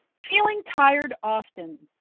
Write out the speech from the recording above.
feeling tired often,